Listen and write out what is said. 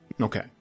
Okay